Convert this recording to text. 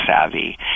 savvy